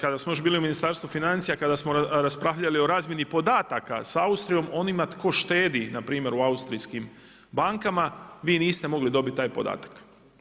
kada smo još bili u Ministarstvu financija, kada smo raspravljali o razmjeni podataka sa Austrijom onima tko štedi na primjer u austrijskim bankama vi niste mogli dobiti taj podatak.